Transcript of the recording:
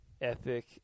epic